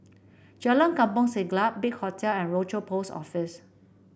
Jalan Kampong Siglap Big Hotel and Rochor Post Office